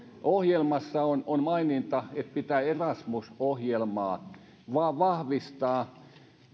ohjelmassa on on maininta että pitää erasmus ohjelmaa vain vahvistaa